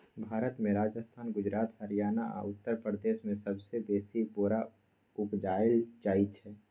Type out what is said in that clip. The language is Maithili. भारत मे राजस्थान, गुजरात, हरियाणा आ उत्तर प्रदेश मे सबसँ बेसी बोरा उपजाएल जाइ छै